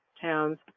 towns